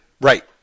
right